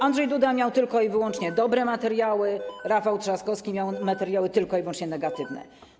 Andrzej Duda miał tylko i wyłącznie dobre materiały, Rafał Trzaskowski miał materiały tylko i wyłącznie negatywne.